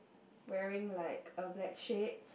wearing like a black shade